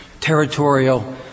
territorial